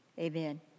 amen